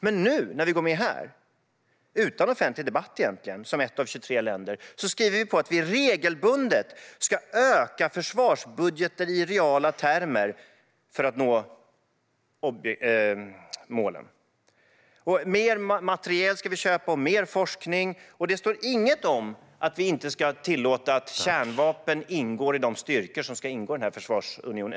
Men nu när vi som ett av 23 länder går med här, utan offentlig debatt egentligen, skriver vi på att vi regelbundet ska öka försvarsbudgeten i reala termer för att nå målen. Mer materiel ska köpas och mer forskning bedrivas, men det står inget om att vi inte ska tillåta kärnvapen i de styrkor som ska ingå i försvarsunionen.